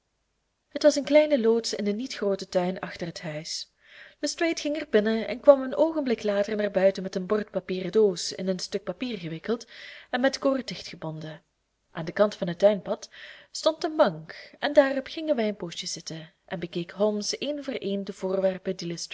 het was een kleine loods in den niet grooten tuin achter het huis lestrade ging er binnen en kwam een oogenblik later naar buiten met een bordpapieren doos in een stuk papier gewikkeld en met koord dichtgebonden aan den kant van het tuinpad stond een bank en daarop gingen wij een poosje zitten en bekeek holmes een voor een de voorwerpen